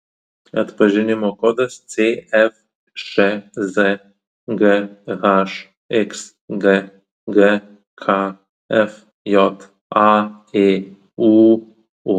atpažinimo kodas cfšz ghxg gkfj aėūu